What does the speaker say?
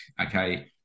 okay